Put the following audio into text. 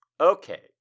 Okay